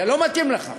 לא מתאים לך.